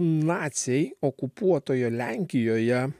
naciai okupuotoje lenkijoje